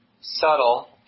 subtle